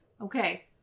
Okay